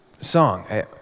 song